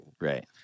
Right